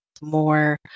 more